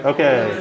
Okay